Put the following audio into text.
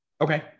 Okay